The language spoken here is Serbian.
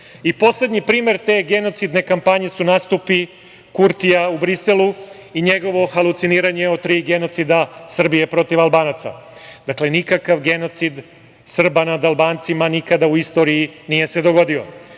primer te genocidne kampanje su nastupi Kurtija u Briselu i njegovo haluciniranje o tri genocida Srbije protiv Albanaca. Dakle, nikakav genocid Srba nad Albancima nikada u istoriji nije se dogodio.